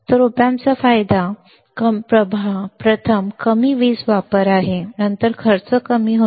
तर op amp चा फायदा प्रथम कमी वीज वापर आहे नंतर खर्च कमी होतो